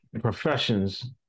professions